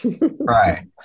Right